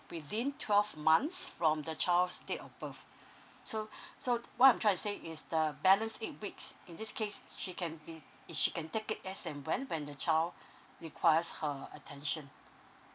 within twelve months from the child's date of birth so so what I'm trying to say is the balance it which in this case she can be she can take it as and when when the child requires her attention